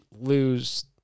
lose